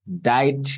died